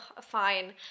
fine